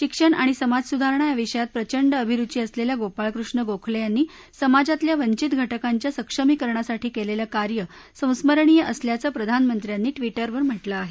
शिक्षण आणि समाजसुधारणा या विषयात प्रचंड अभिरुची असलेल्या गोपाळ कृष्ण गोखले यांनी समाजातल्या वंचित घटकांच्या सक्षमीकरणासाठी केलेलं कार्य संस्मरणीय असल्याचं प्रधानमंत्र्यांनी ट्विटरवर म्हटलं आहे